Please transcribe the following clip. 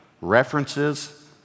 references